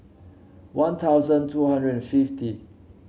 One Thousand two hundred and fifty